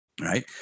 right